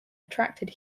attracted